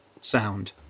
sound